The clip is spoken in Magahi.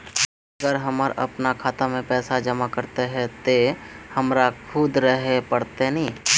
अगर हमर अपना खाता में पैसा जमा करे के है ते हमरा खुद रहे पड़ते ने?